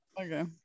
Okay